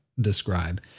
describe